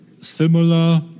Similar